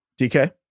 DK